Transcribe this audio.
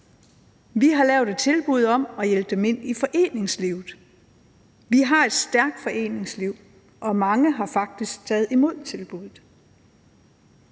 Vi har lavet et tilbud om at hjælpe dem ind i foreningslivet, vi har et stærkt foreningsliv, og mange har faktisk taget imod tilbuddet.